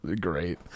Great